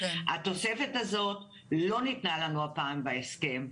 התוספת הזאת לא ניתנה לנו הפעם בהסכם.